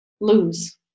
lose